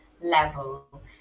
level